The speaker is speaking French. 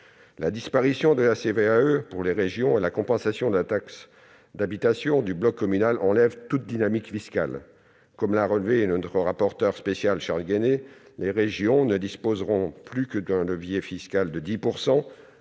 La disparition de la CVAE pour les régions et la compensation de la taxe d'habitation du bloc communal enlèvent toute dynamique fiscale. Comme l'a relevé notre rapporteur spécial Charles Guené, les régions ne disposeront plus que d'un levier fiscal de 10